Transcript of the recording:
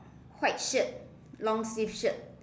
white shirt long sleeve shirt